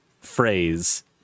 phrase